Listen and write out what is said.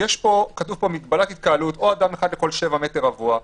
כתוב פה: מגבלת התקהלות, או אדם לכל 7 מ"ר.